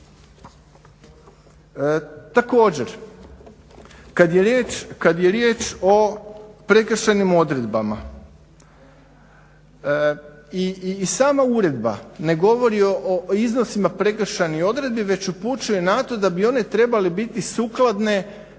Također kad je riječ o prekršajnim odredbama i sama uredba ne govori o iznosima prekršajnim odredbi već upućuje na to da bi one trebale biti sukladno